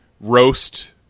roast